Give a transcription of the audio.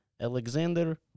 Alexander